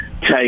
take